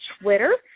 Twitter